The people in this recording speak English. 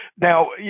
Now